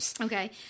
Okay